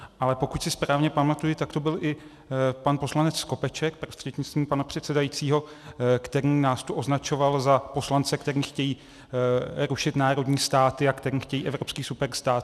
Ale pokud si správně pamatuji, tak to byl i pan poslanec Skopeček prostřednictvím pana předsedajícího, který nás tu označoval za poslance, kteří chtějí rušit národní státy a kteří chtějí evropský superstát.